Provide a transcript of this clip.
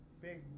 big